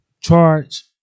charge